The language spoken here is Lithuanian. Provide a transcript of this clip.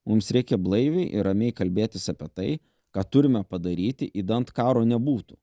mums reikia blaiviai ir ramiai kalbėtis apie tai ką turime padaryti idant karo nebūtų